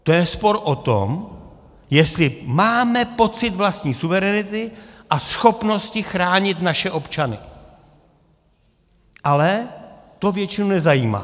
To je spor o tom, jestli máme pocit vlastní suverenity a schopnosti chránit naše občany, ale to většinu nezajímá.